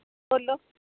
बोलो